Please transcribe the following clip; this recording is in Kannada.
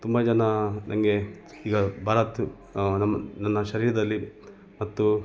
ತುಂಬ ಜನ ನನಗೆ ಈಗ ಭಾಳ ತ್ ನಮ್ಮ ನನ್ನ ಶರೀರದಲ್ಲಿ ಮತ್ತು